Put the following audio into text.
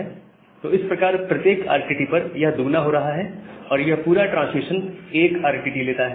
तो इस प्रकार प्रत्येक RTT पर यह दुगना हो रहा है और यह पूरा ट्रांसमिशन 1 RTT लेता है